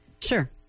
Sure